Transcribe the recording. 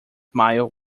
mile